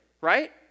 right